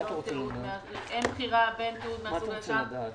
ואין בחירה בין תיעוד מן הסוג הישן לבין